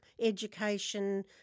education